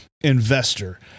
Investor